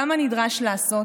כמה נדרש לעשות,